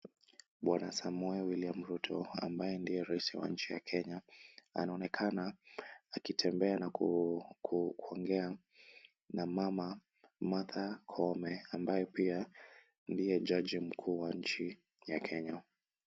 Bwana Samoei William Ruto ambaye ndiye rais wa nchi ya Kenya, anaonekana akitembea na kuongea na mama Martha Koome ambaye pia ndiye jaji mkuu wa nchi ya Kenya.